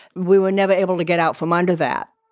we were never able to get out from under that